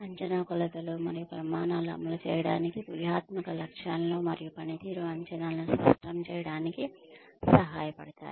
అంచనా కొలతలు మరియు ప్రమాణాలు అమలు చేయడానికి వ్యూహాత్మక లక్ష్యాలను మరియు పనితీరు అంచనాలను స్పష్టం చేయడానికి సహాయపడతాయి